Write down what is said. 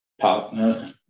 partner